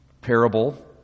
parable